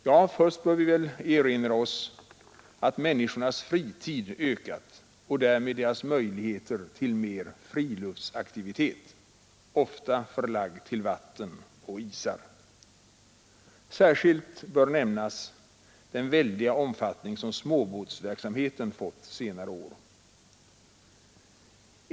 Ja, först bör vi erinra oss att människornas fritid har ökat och därmed deras möjligheter till mera friluftsaktiviteter, ofta förlagda till vatten och isar. Särskilt bör nämnas den väldiga omfattning som småbåtsverksamheten har fått under senare år.